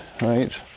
Right